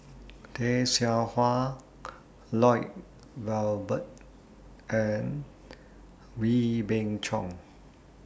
Tay Seow Huah Lloyd Valberg and Wee Beng Chong